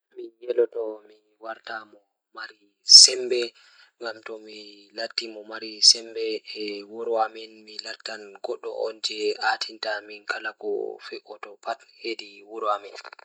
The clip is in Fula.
Mi waɗataa jaɓde toɓɓere hokkuɓe ngal ndon heɓa kuugal toɓɓere weather. Ko nde o waawataa waawi sabbude nguurndam maɓɓe ko jokkondirɗe e ngal sabu o waawataa waɗude nguurndam goɗɗe